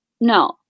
no